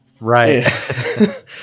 Right